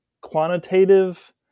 quantitative